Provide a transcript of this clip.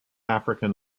african